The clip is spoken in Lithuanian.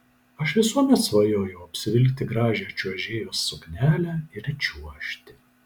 aš visuomet svajojau apsivilkti gražią čiuožėjos suknelę ir čiuožti